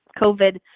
COVID